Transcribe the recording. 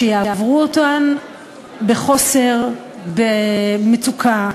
שיעברו אותן בחוסר, במצוקה,